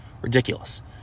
Ridiculous